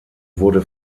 wurde